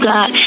God